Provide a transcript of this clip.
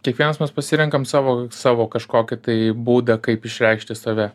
kiekvienas mes pasirenkam savo savo kažkokį tai būdą kaip išreikšti save